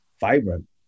vibrant